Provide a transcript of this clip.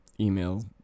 Email